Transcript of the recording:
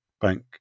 Bank